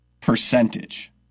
percentage